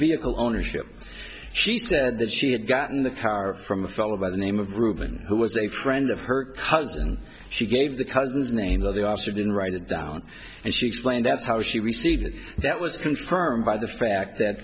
vehicle ownership she said that she had gotten the car from a fellow by the name of ruben who was a friend of her cousin she gave the cousin's name of the officer didn't write it down and she explained that's how she received it that was confirmed by the fact that